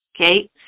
Okay